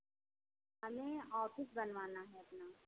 हमें ऑफिस बनवाना है अपना